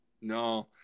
No